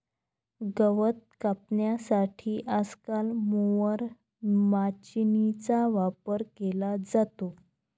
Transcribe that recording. गवत कापण्यासाठी आजकाल मोवर माचीनीचा वापर केला जातो